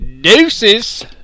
Deuces